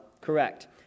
correct